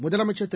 முதலமைச்சர் திரு